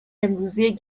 امروزی